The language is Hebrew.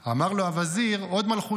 אמר לו הווזיר: הוד מלכותו,